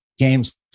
games